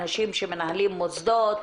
אנשים שמנהלים מוסדות,